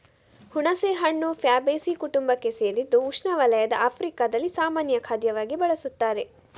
ಹುಣಸೆಹಣ್ಣು ಫ್ಯಾಬೇಸೀ ಕುಟುಂಬಕ್ಕೆ ಸೇರಿದ್ದು ಉಷ್ಣವಲಯದ ಆಫ್ರಿಕಾದಲ್ಲಿ ಸಾಮಾನ್ಯ ಖಾದ್ಯವಾಗಿ ಬಳಸುತ್ತಾರೆ